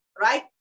right